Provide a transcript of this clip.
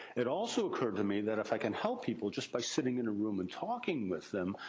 it also occurred to me, that if i can help people just by sitting in a room, and talking with them.